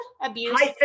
abuse